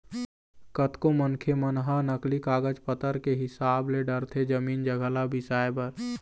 कतको मनखे मन ह नकली कागज पतर के हिसाब ले डरथे जमीन जघा ल बिसाए बर